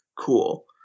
cool